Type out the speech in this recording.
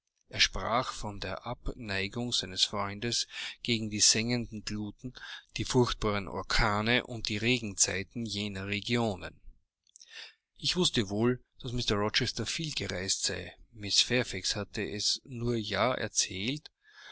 er sprach von der abneigung seines freundes gegen die sengenden gluten die furchtbaren orkane und die regenzeiten jener regionen ich wußte wohl daß mr rochester viel gereist sei mrs fairfax hatte es mir ja erzählt